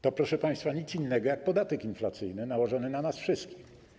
To, proszę państwa, nic innego jak podatek inflacyjny nałożony na nas wszystkich.